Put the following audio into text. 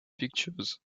pictures